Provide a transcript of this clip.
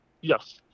Yes